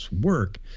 work